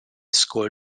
school